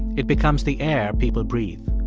it becomes the air people breathe.